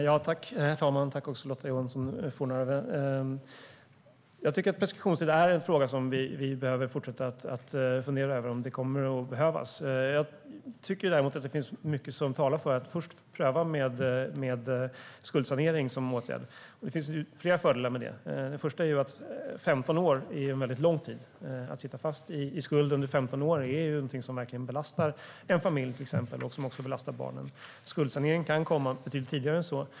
Herr talman! Jag vill tacka Lotta Johnsson Fornarve. Vi behöver fortsätta fundera på om preskriptionstid kommer att behövas. Det finns mycket som talar för att man först ska prova skuldsanering som åtgärd. Det finns flera fördelar med det. Till att börja med är 15 år lång tid. Att sitta fast i skuld under 15 år belastar verkligen en familj, även barnen. Skuldsanering kan komma in betydligt tidigare än så.